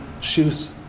shoes